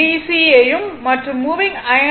C யையும் மற்றும் moving iron ஏ